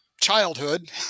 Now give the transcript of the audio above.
childhood